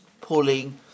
pulling